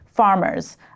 Farmers